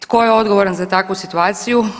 Tko je odgovoran za takvu situaciju?